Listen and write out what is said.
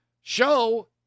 show